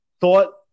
thought